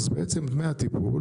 אז בעצם דמי הטיפול,